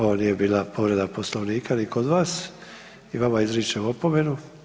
Ovo nije bila povreda Poslovnika ni kod vas, i vama izričem opomenu.